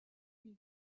une